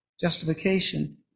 Justification